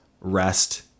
rest